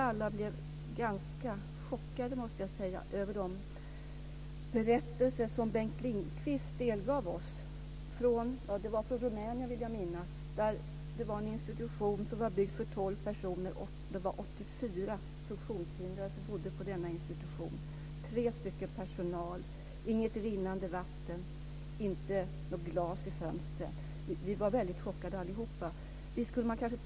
Varken handikapprörelsen eller myndigheterna för just de psykiskt funktionshindrades talan.